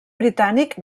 britànic